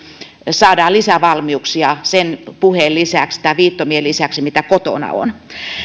saadaan lisävalmiuksia sen puheen lisäksi tai viittomien lisäksi mitä kotona on